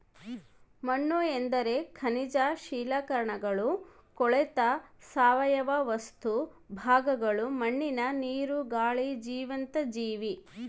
ಮಣ್ಣುಎಂದರೆ ಖನಿಜ ಶಿಲಾಕಣಗಳು ಕೊಳೆತ ಸಾವಯವ ವಸ್ತು ಭಾಗಗಳು ಮಣ್ಣಿನ ನೀರು, ಗಾಳಿ ಜೀವಂತ ಜೀವಿ